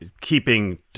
keeping